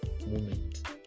moment